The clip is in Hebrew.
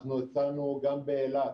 אנחנו הצענו גם באילת